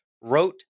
wrote